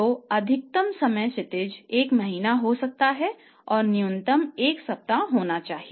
तो अधिकतम समय क्षितिज 1 महीना हो सकता है और न्यूनतम 1 सप्ताह होना चाहिए